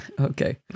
Okay